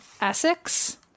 Essex